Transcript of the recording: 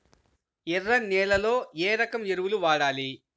ఎర్ర నేలలో ఏ రకం ఎరువులు వాడాలి?